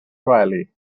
gwely